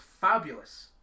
fabulous